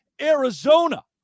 Arizona